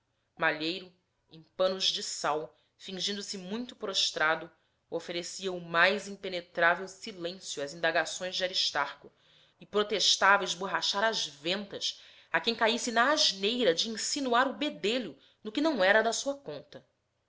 malheiro em panos de sal fingindo-se muito prostrado oferecia o mais impenetrável silêncio às indagações de aristarco e protestava esborrachar as ventas a quem caísse na asneira de insinuar o bedelho no que não era da sua conta